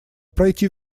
пройти